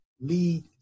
lead